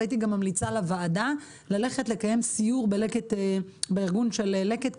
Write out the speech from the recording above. וגם הייתי ממליצה לוועדה לקיים סיור בארגון של לקט,